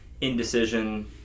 indecision